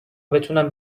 بتونم